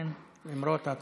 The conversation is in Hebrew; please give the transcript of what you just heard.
למרות ההצעות.